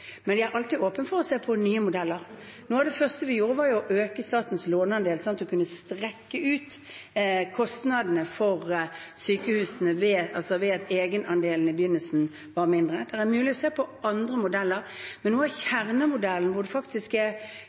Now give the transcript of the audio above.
Men jeg er alltid åpen for å se på nye modeller. Noe av det første vi gjorde, var jo å øke statens låneandel, sånn at man kunne strekke ut kostnadene for sykehusene ved at egenandelen i begynnelsen var mindre. Det er mulig å se på andre modeller. Men noe av kjernemodellen hvor drift og investering ses sammen, er